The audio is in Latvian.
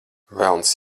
velns